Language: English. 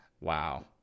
Wow